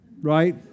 right